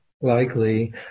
likely